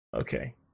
Okay